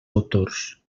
autors